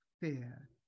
fear